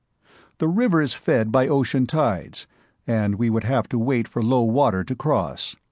the river is fed by ocean tides and we would have to wait for low water to cross.